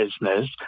business